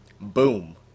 Boom